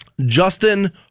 Justin